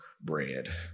bread